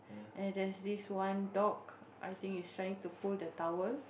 and there's this one dog I think it's trying to pull the towel